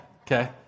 okay